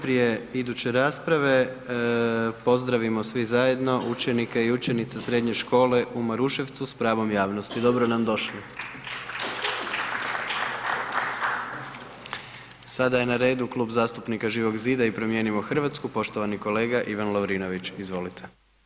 Prije iduće rasprave, pozdravimo svi zajedno učenike i učenice Srednje škole u Maruševcu s pravom javnosti, dobro nam došli. Sada je na redu Klub zastupnika Živog zida i Promijenimo Hrvatsku, poštovani kolega Ivan Lovrinović, izvolite.